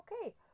Okay